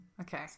Okay